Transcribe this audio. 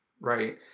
right